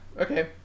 okay